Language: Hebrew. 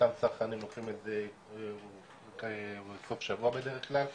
אותם צרכנים לוקחים את זה בסוף השבוע בדרך כלל,